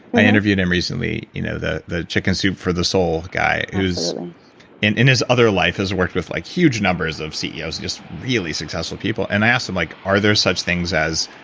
i interviewed him recently. you know, the the chicken soup for the soul guy. in in his other life, has worked with like huge numbers of ceos, just really successful people and i asked him, like are there such things as